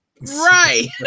right